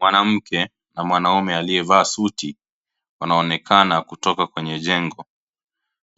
Mwanamke na mwanaume aliyevaa suti wanaonekana kutoka kwenye jengo